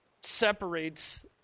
separates